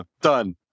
done